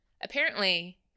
Apparently-